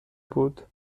بود